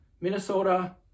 Minnesota